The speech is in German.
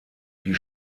die